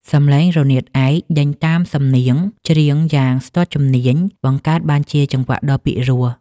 សំឡេងរនាតឯកដេញតាមសំនៀងច្រៀងយ៉ាងស្ទាត់ជំនាញ បង្កើតបានជាចង្វាក់ដ៏ពីរោះ។